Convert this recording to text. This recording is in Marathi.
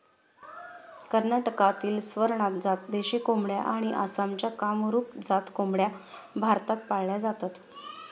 कर्नाटकातील स्वरनाथ जात देशी कोंबड्या आणि आसामच्या कामरूप जात कोंबड्या भारतात पाळल्या जातात